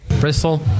Bristol